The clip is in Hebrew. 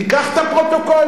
תיקח את הפרוטוקולים,